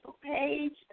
page